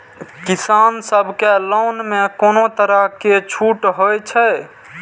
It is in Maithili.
किसान सब के लोन में कोनो तरह के छूट हे छे?